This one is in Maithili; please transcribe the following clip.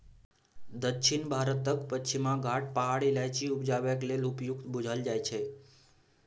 दक्षिण भारतक पछिमा घाट पहाड़ इलाइचीं उपजेबाक लेल उपयुक्त बुझल जाइ छै